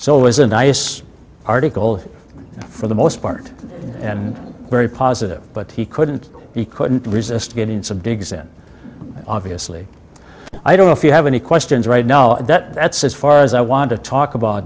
so it was a nice article for the most part and very positive but he couldn't he couldn't resist getting some digs in obviously i don't know if you have any questions right now that that's as far as i want to talk about